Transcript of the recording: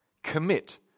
Commit